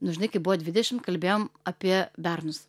nu žinai kai buvo dvidešim kalbėjom apie bernus